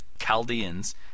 Chaldeans